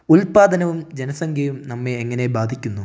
ഉൽപാദനവും ജനസംഖ്യയും നമ്മെ എങ്ങനെ ബാധിക്കുന്നു